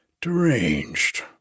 Deranged